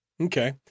Okay